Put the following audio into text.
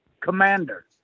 Commander